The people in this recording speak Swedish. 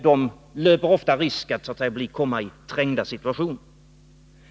De löper ofta risken att hamna i trängda lägen.